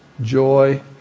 joy